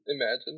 imagine